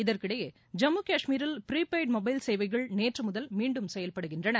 இதற்கிடையேஜம்முகாஷ்மீரில் prepaid mobile சேவைகள் நேற்றுமுதல் மீண்டும் செயல்படுகின்றன